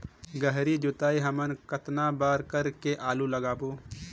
गहरी जोताई हमन कतना बार कर के आलू लगाबो?